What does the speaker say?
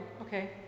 Okay